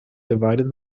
divided